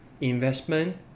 investment